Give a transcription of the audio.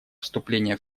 вступления